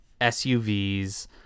SUVs